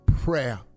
prayer